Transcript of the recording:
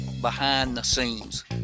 behind-the-scenes